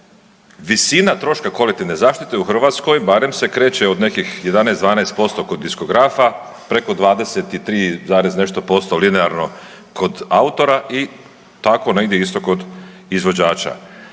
Visina troškova kolektivne zaštite u Hrvatskoj, barem se kreće od nekih 11, 12% kod diskografa, preko 23 zarez nešto posto linearno kod autora i tako negdje isto kod izvođača.